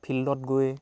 ফিল্ডত গৈ